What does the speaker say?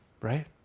right